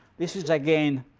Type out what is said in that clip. this is again